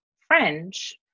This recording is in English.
French